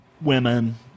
women